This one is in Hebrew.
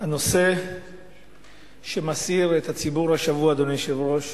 הנושא שמסעיר את הציבור השבוע, אדוני היושב-ראש,